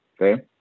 Okay